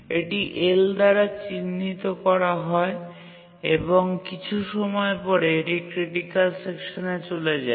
এটি L দ্বারা চিহ্নিত করা হয় এবং কিছু সময় পরে এটি ক্রিটিকাল সেকশানে চলে যায়